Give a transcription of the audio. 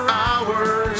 hours